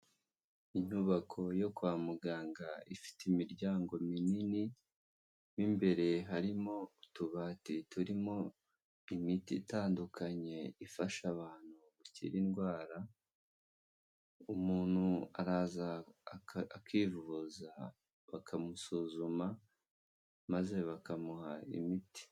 Inyubako yo kwa muganga ifite imiryango minini m'imbere harimo utubati turimo imiti itandukanye ifasha abantu gukira indwara umuntu araza akivuza bakamusuzuma maze bakamuha imiti.